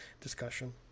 discussion